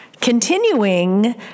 Continuing